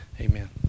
Amen